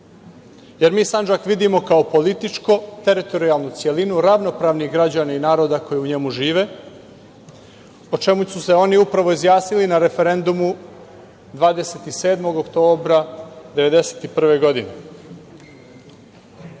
jer mi Sandžak vidimo kao političko-teritorijalnu celinu ravnopravnih građana i naroda koji u njemu žive, o čemu su se oni upravo izjasnili na referendumu 27. oktobra 1991. godine. Mi